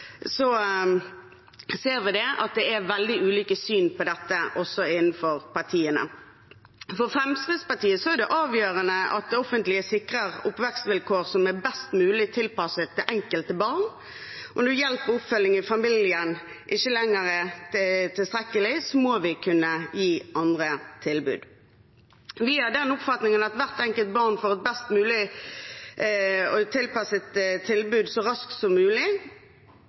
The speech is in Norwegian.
det veldig ulike syn på dette, også innenfor partiene. For Fremskrittspartiet er det avgjørende at det offentlige sikrer oppvekstvilkår som er best mulig tilpasset det enkelte barn, og når hjelp og oppfølging i familien ikke lenger er tilstrekkelig, må vi kunne gi andre tilbud. Vi er av den oppfatning at hvert enkelt barn bør få et best mulig tilpasset tilbud så raskt som mulig,